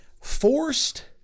Forced